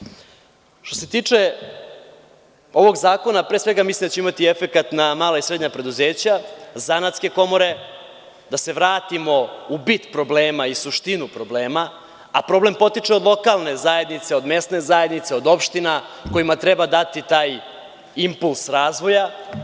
Što se tiče ovog zakona, pre svega mislim da će imati efekat na mala i srednja preduzeća, zanatske komore, da se vratimo u bit problema i suštinu problema, a problem potiče od lokalne zajednice, od mesne zajednice, od opština kojima treba dati taj impuls razvoja.